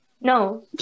No